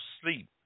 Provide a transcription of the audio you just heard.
sleep